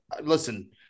listen